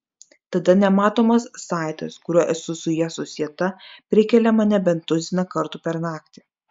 tada nematomas saitas kuriuo esu su ja susieta prikelia mane bent tuziną kartų per naktį